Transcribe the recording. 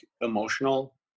emotional